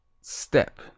Step